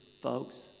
folks